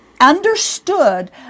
understood